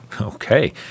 Okay